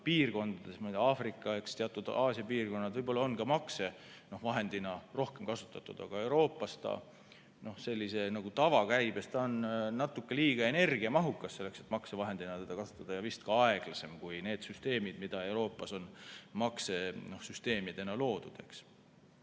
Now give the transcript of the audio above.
piirkondades, ma ei tea, Aafrikas, teatud Aasia piirkondades, võib-olla on ka maksevahendina rohkem kasutatud. Aga Euroopas sellises tavakäibes on ta natuke liiga energiamahukas, et maksevahendina teda kasutada, ja vist ka aeglasem kui need süsteemid, mida Euroopas on maksesüsteemidena loodud. Nüüd,